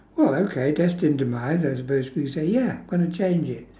well okay destined demise I suppose we say ya we're gonna change it